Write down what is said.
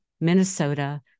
Minnesota